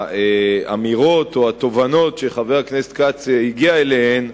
האמירות או התובנות שחבר הכנסת כץ הגיע אליהן,